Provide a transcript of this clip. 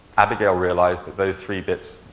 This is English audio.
abigail realized that those three bits,